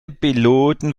piloten